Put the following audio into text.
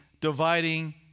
dividing